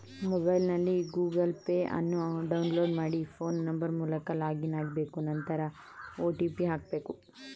ಮೊಬೈಲ್ನಲ್ಲಿ Google Pay ಅನ್ನು download ಮಾಡಿ ಫೋನ್ ನಂಬರ್ ಮೂಲಕ ಲಾಗಿನ್ ಆಗ್ಬೇಕು ನಂತರ ಒ.ಟಿ.ಪಿ ಹಾಕ್ಬೇಕು